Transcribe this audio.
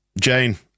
Jane